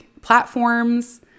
platforms